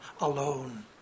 alone